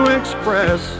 express